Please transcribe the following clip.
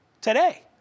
today